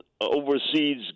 oversees